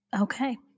Okay